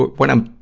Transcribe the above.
what i'm,